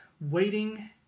waiting